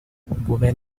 women